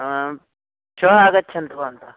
आं श्वः आगच्छन्तु भवन्तः